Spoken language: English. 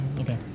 Okay